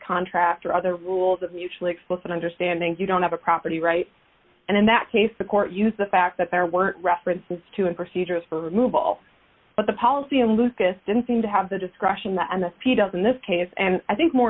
contract or other rules of mutually explicit understanding you don't have a property right and in that case the court used the fact that there weren't references to a procedures for removal but the policy of lucas didn't seem to have the discretion that and the speed doesn't this case and i think more